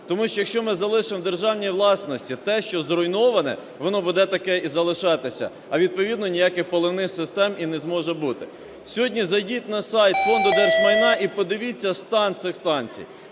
Тому що, якщо ми залишимо в державній власності те, що зруйноване, воно буде таке і залишатися, а відповідно ніяких поливних систем і не зможе бути. Сьогодні зайдіть на сайт Фонду держмайна і подивіться стан цих станцій.